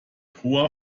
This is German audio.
hoher